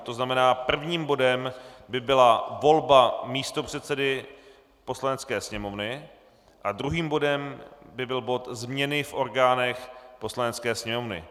To znamená, prvním bodem by byla volba místopředsedy Poslanecké sněmovny a druhým bodem by byl bod změny v orgánech Poslanecké sněmovny.